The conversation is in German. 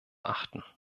achten